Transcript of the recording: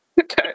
okay